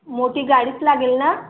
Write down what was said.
मोठी गाडीच लागेल ना